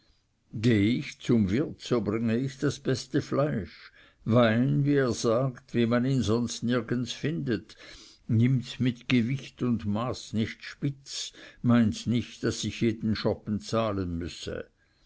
ich zum wirt so bringe ich das beste fleisch wein wie er sagt wie man ihn sonst nirgends findet nimmts mit gewicht und maß nicht spitz meint nicht daß ich jeden schoppen zahlen müsse